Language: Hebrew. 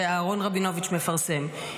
אהרון רבינוביץ' מפרסם,